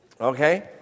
Okay